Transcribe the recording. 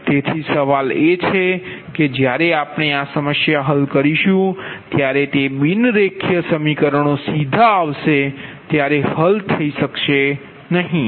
તેથી સવાલ એ છે કે જ્યારે આપણે આ સમસ્યા હલ કરીશું ત્યારે તે બિન રેખીય સમીકરણો સીધા આવશે ત્યારે હલ થઈ શકશે નહીં